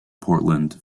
portland